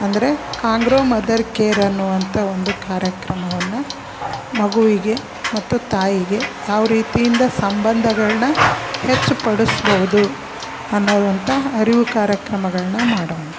ಅಂದರೆ kangaroo mother care ಅನ್ನುವಂಥ ಒಂದು ಕಾರ್ಯಕ್ರಮವನ್ನು ಮಗುವಿಗೆ ಮತ್ತು ತಾಯಿಗೆ ಯಾವ ರೀತಿಯಿಂದ ಸಂಬಂಧಗಳನ್ನ ಹೆಚ್ಚು ಪಡಿಸ್ಬಹುದು ಅನ್ನುವಂಥ ಅರಿವು ಕಾರ್ಯಕ್ರಮಗಳನ್ನ ಮಾಡುವಂಥದ್ದು